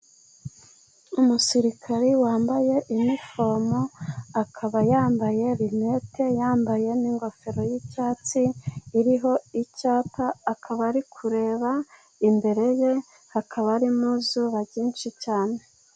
Umusirikare wambaye inifomo, akaba yambaye rinete, yambaye n'ingofero y'icyatsi iriho icyapa, akaba ari kureba imbere ye, hakaba ari mu zuba ryinshi cyane.